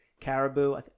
caribou